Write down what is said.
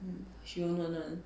um she won't want [one]